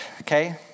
Okay